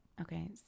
Okay